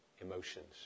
emotions